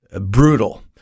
brutal